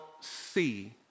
see